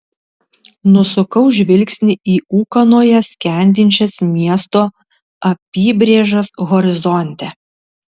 nusukau žvilgsnį į ūkanoje skendinčias miesto apybrėžas horizonte